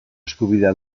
eskubidea